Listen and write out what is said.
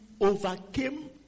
overcame